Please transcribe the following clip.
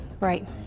Right